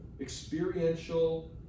experiential